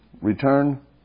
return